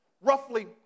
roughly